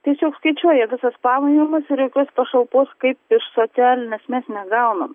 tiesiog skaičiuoja visas pajamas ir jokios pašalpos kaip iš socialinės mes negaunam